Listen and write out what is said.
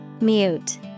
Mute